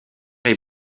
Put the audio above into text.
est